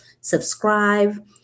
subscribe